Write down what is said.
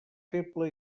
feble